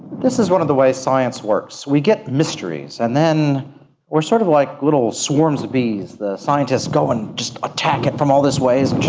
this is one of the ways science works, we get mysteries, and then we are sort of like little swarms of bees, the scientists go and just attack it from all these ways,